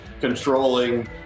controlling